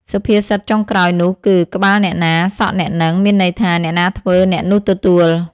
សុភាសិតចុងក្រោយនោះគឺ ក្បាលអ្នកណាសក់អ្នកហ្នឹង មានន័យថា អ្នកណាធ្វើ អ្នកនោះទទួល ។